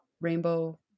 rainbow